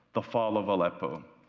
the fall of alepo.